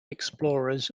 explorers